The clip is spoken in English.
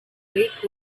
week